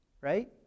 right